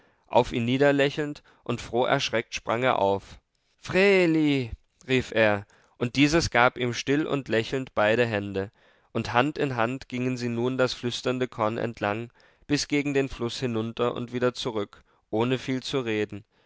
auf ihn niederlächelnd und froh erschreckt sprang er auf vreeli rief er und dieses gab ihm still und lächelnd beide hände und hand in hand gingen sie nun das flüsternde korn entlang bis gegen den fluß hinunter und wieder zurück ohne viel zu reden